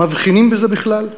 מבחינים בזה בכלל?